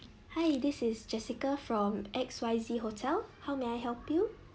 hi this is jessica from X Y Z hotel how may I help you